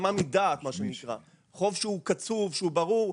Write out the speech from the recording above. בהסכמה מדעת, חוב שהוא קצוב, שהוא ברור.